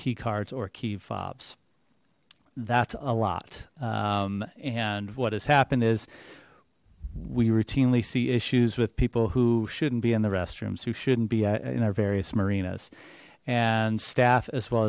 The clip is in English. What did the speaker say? key cards or key fobs that's a lot and what has happened is we routinely see issues with people who shouldn't be in the restrooms who shouldn't be in our various marinas and staff as well